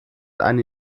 eine